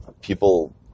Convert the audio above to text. people